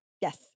Yes